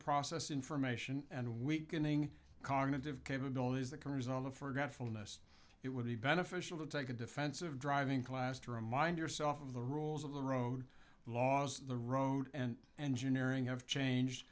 process information and weakening cognitive capabilities that can result of forgetfulness it would be beneficial to take a defensive driving class to remind yourself of the rules of the road laws the road and engineering have changed